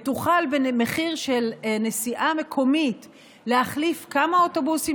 ובמחיר של נסיעה מקומית תוכל להחליף כמה אוטובוסים